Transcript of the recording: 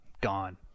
gone